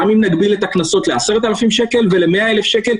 גם אם נעלה את הקנסות ל-10,000 שקל ול-100,000 שקל,